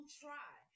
try